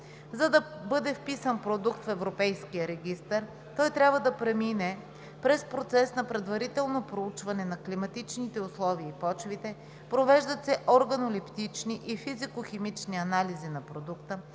За да бъде вписан продукт в европейския регистър, той трябва да премине през процес на предварително проучване на климатичните условия и почвите, провеждат се органолептични и физико-химични анализи на продукта,